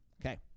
Okay